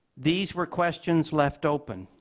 these were questions left open.